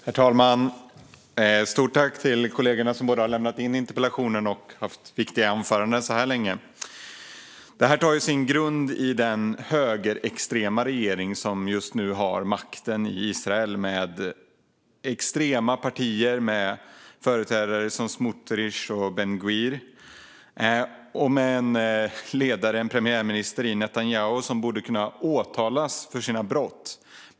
Herr talman! Stort tack till de kollegor som har lämnat in interpellationen och även till dem som haft viktiga anföranden så här långt! Detta har sin grund i den högerextrema regering som just nu har makten i Israel. Där sitter extrema partier med företrädare som Smotrich och Ben-Gvir och en ledare, en premiärminister, i Netanyahu som borde kunna åtalas för sina brott.